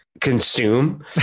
consume